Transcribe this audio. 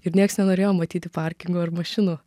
ir nieks nenorėjo matyti parkingo ir mašinų